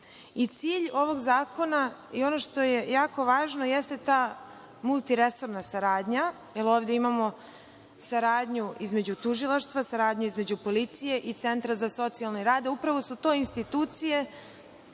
i cilj ovog zakona i ono što je jako važno jeste ta multi resorna saradnja, jel ovde imamo saradnju između tužilaštva, saradnju između policije i centra za socijalni rad. Upravo su to institucije